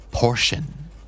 Portion